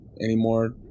anymore